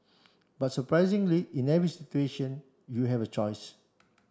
but surprisingly in every situation you have a choice